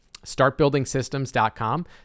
startbuildingsystems.com